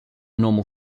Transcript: normal